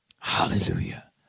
Hallelujah